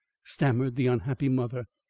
stammered the unhappy mother.